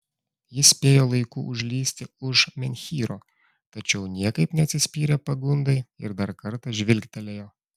jis spėjo laiku užlįsti už menhyro tačiau niekaip neatsispyrė pagundai ir dar kartą žvilgtelėjo